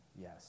yes